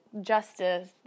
justice